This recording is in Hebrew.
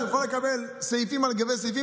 את יכולה לקבל סעיפים על גבי סעיפים,